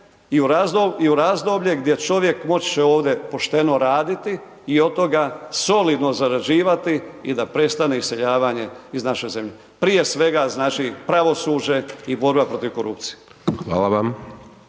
i u razdoblje gdje čovjek moći će ovdje pošteno raditi i od toga solidno zarađivati i da prestane iseljavanje iz naše zemlje. Prije svega znači pravosuđe i borba protiv korupcije. **Hajdaš